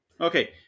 Okay